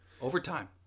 Overtime